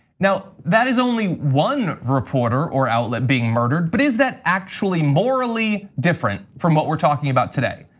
now, that is only one reporter or outlet being murdered but is that actually morally different from what we are talking about today?